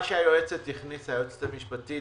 מה שהיועצת המשפטית הכניסה,